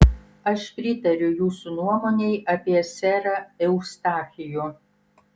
aš pritariu jūsų nuomonei apie serą eustachijų